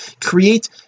create